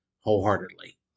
wholeheartedly